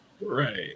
right